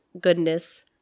goodness